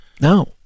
No